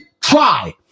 try